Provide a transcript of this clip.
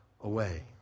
away